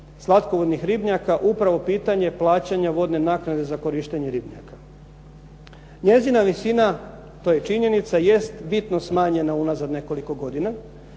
slatkovodnih ribnjaka upravo pitanje plaćanja vodne naknade za korištenje ribnjaka. Njezina visina to je činjenica jest bitno smanjena unazad nekoliko godina.